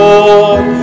Lord